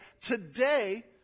today